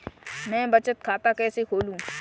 मैं बचत खाता कैसे खोलूं?